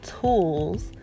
tools